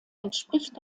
entspricht